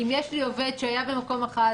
אם יש לי עובד שהיה במקום אחד,